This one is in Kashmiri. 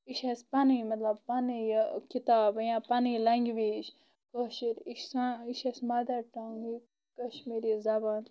تِکیازِ کہِ یہِ چھِ أسۍ پنٕنۍ مطلب پنٕںۍ کِتاب یا پنٕنۍ لینگویج کٲشِر یہِ چھِ آسان یہِ چھِ أسۍ مدر ٹنگ یہِ کشمیٖری زبان